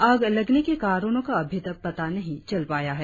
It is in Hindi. आग लगने के कारणो का अभी तक पता नही चल पाया है